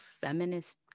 feminist